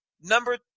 number